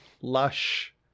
Lush